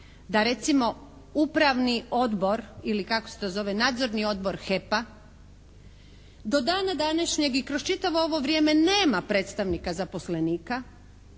da recimo Upravni odbor ili kako se to zove Nadzorni odbor HEP-a do dana današnjeg i kroz čitavo ovo vrijeme nema predstavnika zaposlenika,